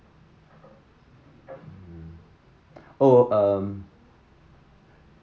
oh um